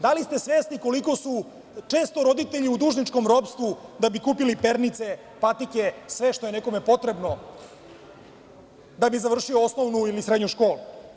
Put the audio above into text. Da li ste svesni koliko su često roditelji u dužničkom ropstvu da bi kupili pernice, patike, sve što je nekome potrebno, da bi završio osnovnu ili srednju školu?